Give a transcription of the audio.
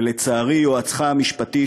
ולצערי יועצך המשפטי,